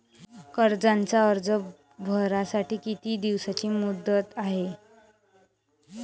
कर्जाचा अर्ज भरासाठी किती दिसाची मुदत हाय?